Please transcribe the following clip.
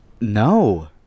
No